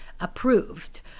approved